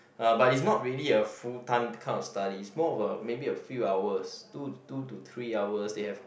uh but is not really a full time kind of study more of a maybe a few hours two two to three hours they have